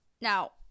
Now